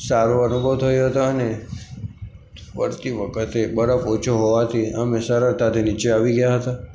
સારો અનુભવ થયો હતો અને વળતી વખતે બરફ ઓછો હોવાથી અમે સરળતાથી નીચે આવી ગયા હતા